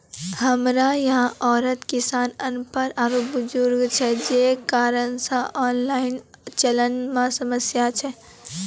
हमरा यहाँ औसत किसान अनपढ़ आरु बुजुर्ग छै जे कारण से ऑनलाइन चलन मे समस्या छै?